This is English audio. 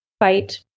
fight